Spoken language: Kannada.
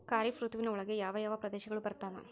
ಖಾರೇಫ್ ಋತುವಿನ ಒಳಗೆ ಯಾವ ಯಾವ ಪ್ರದೇಶಗಳು ಬರ್ತಾವ?